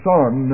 Son